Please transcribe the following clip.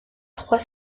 trois